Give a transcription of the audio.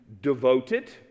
devoted